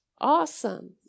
Awesome